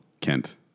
Kent